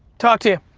talk to